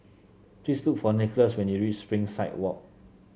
please look for Nicholas when you reach Springside Walk